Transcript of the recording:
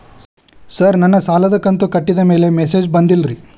sir ನನ್ನ ಸಾಲದ ಕಂತು ಕಟ್ಟಿದಮೇಲೆ ಮೆಸೇಜ್ ಬಂದಿಲ್ಲ ರೇ